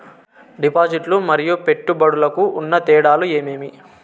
డిపాజిట్లు లు మరియు పెట్టుబడులకు ఉన్న తేడాలు ఏమేమీ?